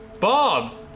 Bob